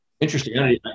interesting